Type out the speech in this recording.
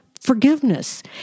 forgiveness